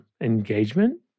engagement